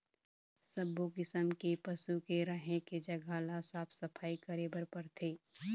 सब्बो किसम के पशु के रहें के जघा ल साफ सफई करे बर परथे